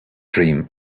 dream